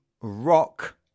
Rock